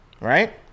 right